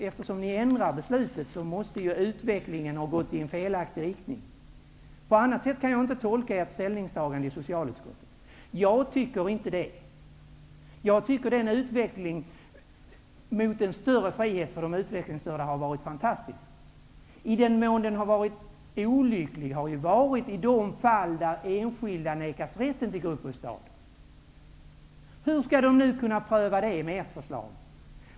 Eftersom ni ändrar beslutet, Ulla Orring, måste utvecklingen ha gått i fel riktning. Jag kan inte tolka ert ställningstagande i socialutskottet på något annat sätt. Jag tycker inte att utvecklingen har varit felaktig. Jag tycker att utvecklingen mot en större frihet för de utvecklingsstörda har varit fantastisk. I den mån den har varit olycklig har det gällt fall där enskilda har nekats rätt till gruppbostad. Hur skall man kunna pröva det med ert förslag?